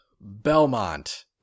Belmont